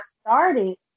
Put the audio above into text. started